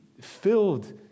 filled